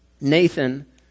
Nathan